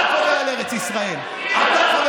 אתה קובע על ארץ ישראל, אתה,